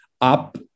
up